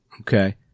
Okay